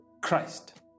Christ